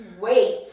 wait